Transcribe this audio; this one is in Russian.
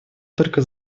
только